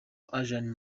asian